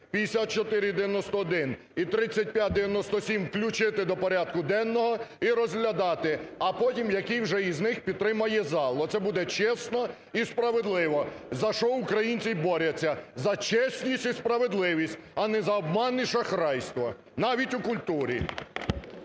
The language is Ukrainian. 5491 і 3597 включити до порядку денного і розглядати, а потім який вже із них підтримає зал, оце буде чесно і справедливо. За що українці і борються, за чесність і справедливість, а не за обман і шахрайство навіть у культурі.